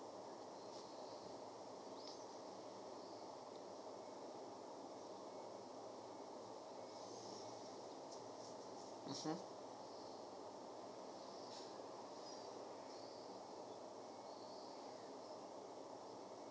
mmhmm